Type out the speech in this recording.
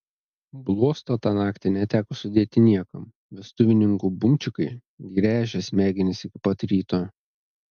bluosto tą naktį neteko sudėti niekam vestuvininkų bumčikai gręžė smegenis iki pat ryto